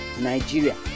Nigeria